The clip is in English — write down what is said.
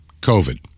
COVID